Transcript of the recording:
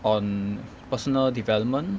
on personal development